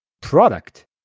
product